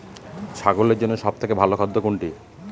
ছাগলের জন্য সব থেকে ভালো খাদ্য কোনটি?